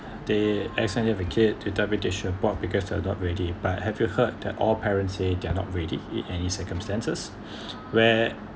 they accidentally have a kid to deputation what because they are not ready but have you heard that all parents say they are not ready in any circumstances where